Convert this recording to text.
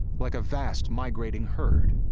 like a vast migrating herd.